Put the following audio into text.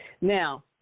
Now